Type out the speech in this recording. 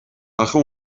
اخه